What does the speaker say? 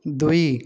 ଦୁଇ